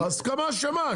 הסכמה של מה?